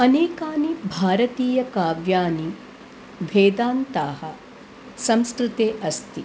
अनेकानि भारतीय काव्यानि वेदान्ताः संस्कृते अस्ति